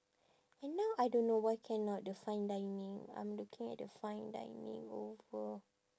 and now I don't know why cannot the fine dining I'm looking at the fine dining over